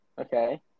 Okay